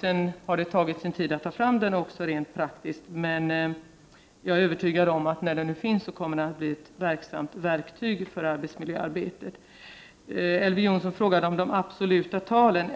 Sedan har det också tagit tid att ta fram den rent praktiskt. Jag är övertygad om att konventionen när den nu finns, kommer att bli ett verksamt verktyg i arbetsmiljöarbetet. Elver Jonsson frågade om det absoluta talet.